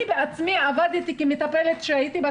אני בעצמי עבדתי כמטפלת כשהייתי בת